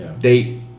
date